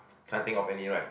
can't think of any right